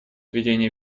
ведение